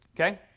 okay